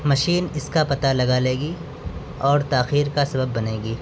machine اس کا پتا لگا لے گی اور تاخیر کا سبب بنے گی